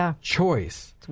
choice